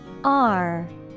-R